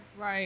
right